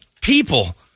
people